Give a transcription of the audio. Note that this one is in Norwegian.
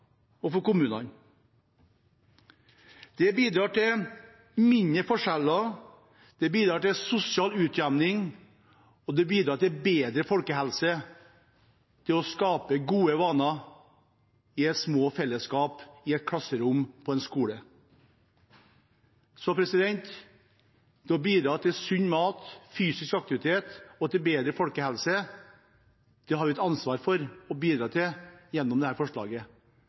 kommunene. Det bidrar til mindre forskjeller. Det bidrar til sosial utjevning. Det bidrar til bedre folkehelse og til å skape gode vaner i små fellesskap i et klasserom på en skole. Det å bidra til sunn mat, fysisk aktivitet og bedre folkehelse har vi et ansvar for gjennom dette forslaget – og vi har penger til det.